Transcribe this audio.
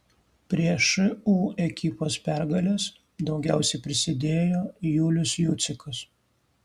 prie šu ekipos pergalės daugiausiai prisidėjo julius jucikas